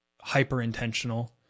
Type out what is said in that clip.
hyper-intentional